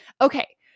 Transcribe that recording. Okay